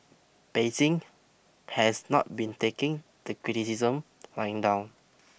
Beijing has not been taking the criticisms lying down